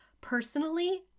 Personally